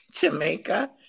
Jamaica